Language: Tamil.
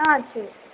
ஆ சரி